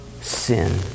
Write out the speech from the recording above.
sin